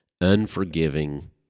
unforgiving